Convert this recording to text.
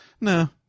No